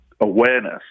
awareness